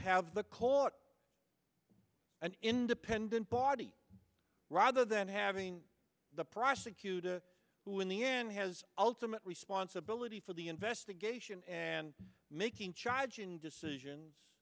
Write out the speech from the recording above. have the court an independent body rather than having the prosecutor who in the end has ultimate responsibility for the investigation and making charging decisions